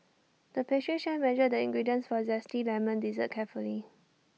the pastry chef measured the ingredients for A Zesty Lemon Dessert carefully